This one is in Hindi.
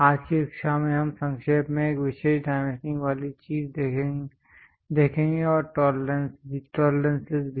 आज की कक्षा में हम संक्षेप में एक विशेष डाइमेंशनिंग वाली चीज़ देखेंगे और टॉलरेंसेस भी